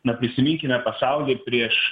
na prisiminkime pasaulį prieš